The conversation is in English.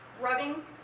rubbing